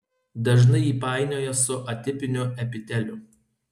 dažnai jį painioja su atipiniu epiteliu